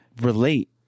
relate